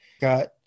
got